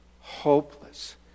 hopeless